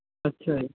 ਅੱਛਾ ਜੀ